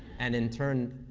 and in turn,